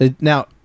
Now